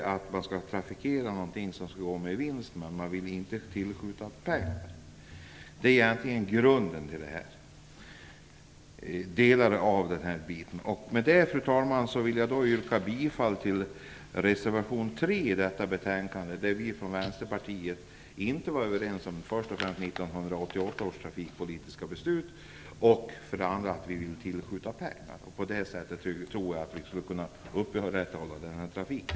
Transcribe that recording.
Man vill att trafiken skall gå med vinst, men man vill inte tillskjuta pengar. Med detta, fru talman, vill jag yrka bifall till reservation 3 i detta betänkande, där vi från Vänsterpartiet för det första inte är överens när det gäller 1988 års trafikpolitiska beslut och för det andra vill tillskjuta pengar. På det sättet tror vi att vi kan upprätthålla den här trafiken.